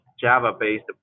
Java-based